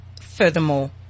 furthermore